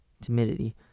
timidity